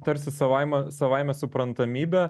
tarsi savaime savaime suprantamybe